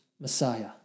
Messiah